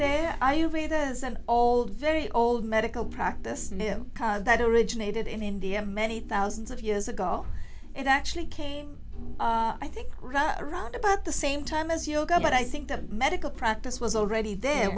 there i usually there's an old very old medical practice that originated in india many thousands of years ago it actually came i think around about the same time as yoga but i think the medical practice was already there